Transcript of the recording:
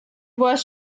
voit